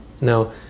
now